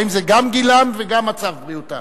האם זה גם גילם וגם מצב בריאותם?